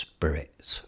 Spirits